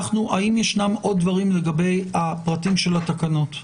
האם יש עוד דברים לגבי הפרטים של התקנות?